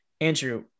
Andrew